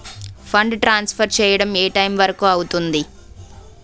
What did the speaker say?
Fund transfer చేయడం ఏ time వరుకు అవుతుంది?